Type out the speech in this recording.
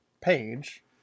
page